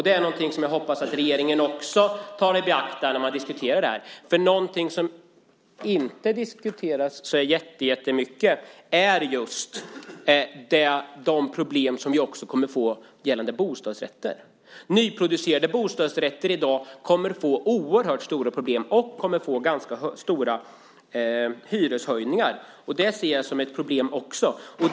Det hoppas jag att regeringen tar i beaktande när de diskuterar detta. Något som inte diskuteras särskilt mycket är de problem som vi kommer att få gällande bostadsrätter. Nyproducerade bostadsrätter kommer att få ganska stora hyreshöjningar. Också det ser jag som ett problem.